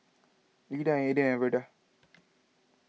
Leda Aedan and Verda